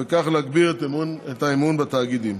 ובכך להגביר את האמון בתאגידים.